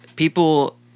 People